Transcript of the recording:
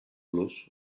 blues